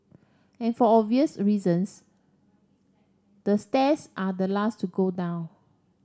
and for obvious reasons the stairs are the last to go down